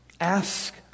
Ask